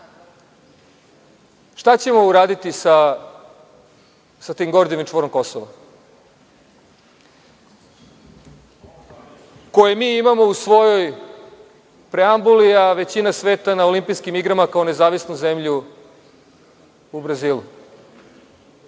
šta ćemo uraditi sa tim gordijevim čvorom Kosova, koje mi imamo u svojoj preambuli, a većina sveta na Olimpijskim igrama kao nezavisnu zemlju u Brazilu?